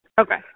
Okay